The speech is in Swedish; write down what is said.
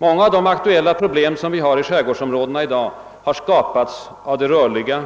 Många av skärgårdarnas aktuella problem har skapats av den rörliga